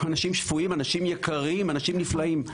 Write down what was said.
אנשים שפויים, אנשים יקרים, אנשים נפלאים.